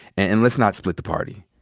and and, let's not split the party.